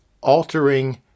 altering